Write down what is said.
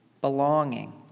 Belonging